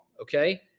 Okay